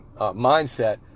mindset